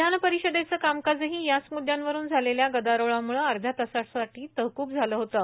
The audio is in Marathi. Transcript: विधान परिषदेचं कामकाजही याच म्द्यांवरुन झालेल्या गदारोळामुळे अध्यातासासाठी तहकूब झालं होतं